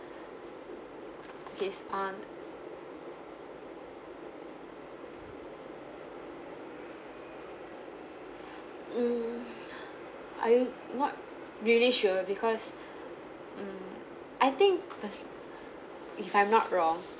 it's on mm I not really sure because mm I think pers~ if I'm not wrong